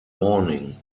morning